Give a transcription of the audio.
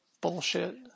bullshit